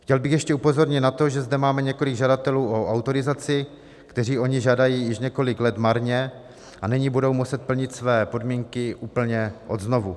Chtěl bych ještě upozornit na to, že zde máme několik žadatelů o autorizaci, kteří o ni žádají již několik let marně a nyní budou muset plnit své podmínky úplně od znovu.